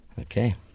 Okay